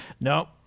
No